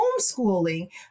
homeschooling